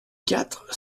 quatre